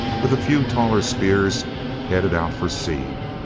with a few taller spears headed out for seed.